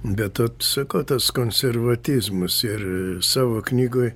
bet sakau tas konservatizmas ir savo knygoj